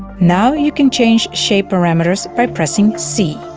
now you can change shape parameters by pressing c